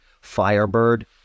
Firebird